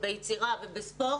ביצירה ובספורט,